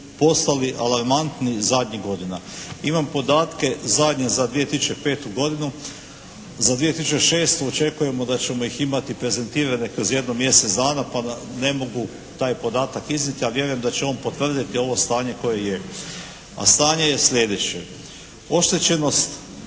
postali alarmantni zadnjih godina. Imam podatke zadnje za 2005. godinu. Za 2006. očekujemo da ćemo ih imati prezentirane kroz jedno mjesec dana pa ne mogu taj podatak iznijeti, ali vjerujem da će on potvrditi ovo stanje koje je. A stanje je sljedeće. Oštećenost